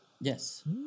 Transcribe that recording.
Yes